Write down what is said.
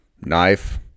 Knife